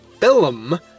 film